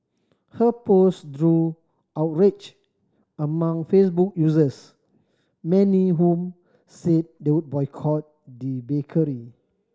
her post drew outrage among Facebook users many whom said they would boycott the bakery